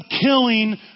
killing